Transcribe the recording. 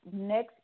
next